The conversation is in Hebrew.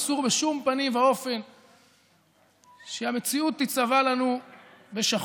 אסור בשום פנים ואופן שהמציאות תיצבע לנו בשחור.